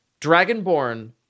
dragonborn